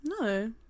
No